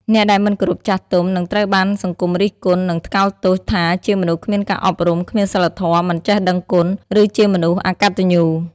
អ្នកដែលមិនគោរពចាស់ទុំ នឹងត្រូវបានសង្គមរិះគន់ និងថ្កោលទោសថាជាមនុស្សគ្មានការអប់រំ គ្មានសីលធម៌ មិនចេះដឹងគុណ ឬជាមនុស្សអកត្តញ្ញូ។